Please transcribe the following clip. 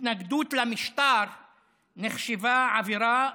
התנגדות למשטר נחשבה עבירה,